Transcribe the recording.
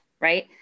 right